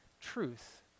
truth